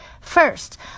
First